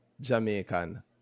Jamaican